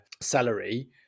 salary